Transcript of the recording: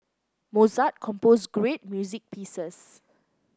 Mozart composed great music pieces